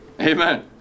Amen